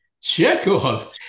Chekhov